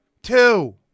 Two